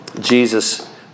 Jesus